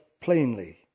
plainly